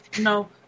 No